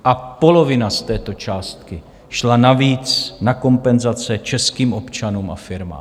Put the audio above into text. A polovina z této částky šla navíc na kompenzace českým občanům a firmám.